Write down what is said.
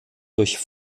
durch